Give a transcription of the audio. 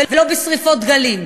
ולא בשרפות דגלים.